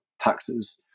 taxes